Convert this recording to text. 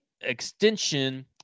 extension